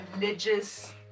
religious